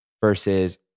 versus